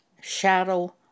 shadow